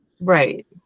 right